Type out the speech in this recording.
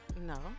No